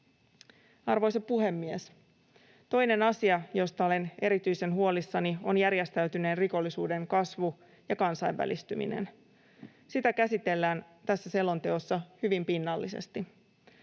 Arvoisa puhemies! Toinen asia, josta olen erityisen huolissani, on järjestäytyneen rikollisuuden kasvu ja kansainvälistyminen. Sitä käsitellään tässä selonteossa hyvin pinnallisesti.